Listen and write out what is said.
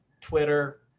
Twitter